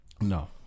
no